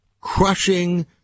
Crushing